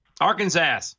Arkansas